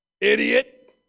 Idiot